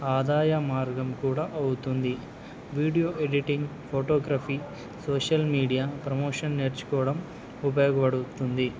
ఆదాయ మార్గం కూడా అవుతుంది video editing photography social media promotion నేర్చుకోవడం ఉపయోగపడుతుంది